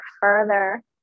further